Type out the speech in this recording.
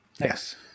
yes